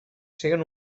siguen